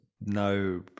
no –